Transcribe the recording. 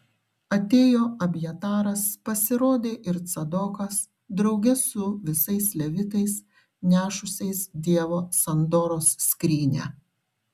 atėjo abjataras pasirodė ir cadokas drauge su visais levitais nešusiais dievo sandoros skrynią